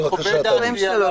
בבקשה, תמי.